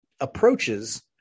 approaches